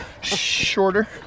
Shorter